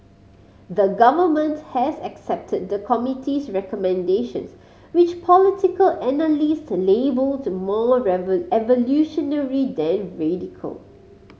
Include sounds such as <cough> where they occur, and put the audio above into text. the Government has accepted the committee's recommendations which political analyst labelled more <unintelligible> evolutionary than radical